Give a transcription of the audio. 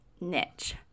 niche